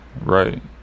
Right